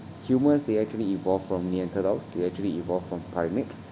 humans they actually evolve from neanderthal they actually evolved from primates